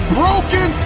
broken